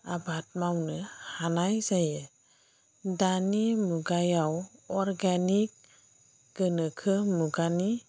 आबाद मावनो हानाय जायो दानि मुगायाव अरगेनिक गोनोखो मुगानि